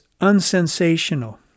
unsensational